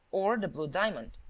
or the blue diamond.